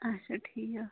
اَچھا ٹھیٖک